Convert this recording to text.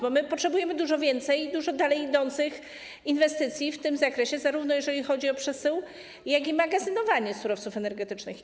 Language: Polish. Bo my potrzebujemy dużo więcej i dużo dalej idących inwestycji w tym zakresie, jeżeli chodzi zarówno o przesył, jak i o magazynowanie surowców energetycznych.